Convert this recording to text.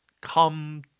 come